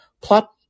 plot